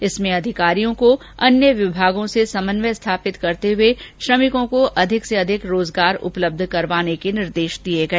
जिसमें अधिकारियों को अन्य विभागों से समन्वय स्थापित करते हुए श्रमिकों को अधिकाधिक रोजगार उपलब्ध करवाने के निर्देश दिए गए